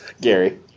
Gary